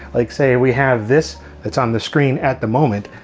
like say we have this that's on the screen at the moment,